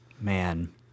Man